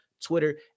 Twitter